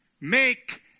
Make